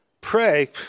pray